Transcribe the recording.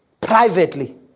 Privately